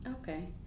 Okay